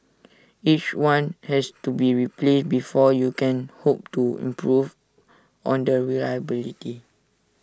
even when they read what they recall the mainstream media they don't read IT blindly